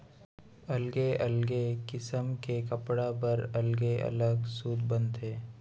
अलगे अलगे किसम के कपड़ा बर अलगे अलग सूत बनथे